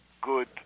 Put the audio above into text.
good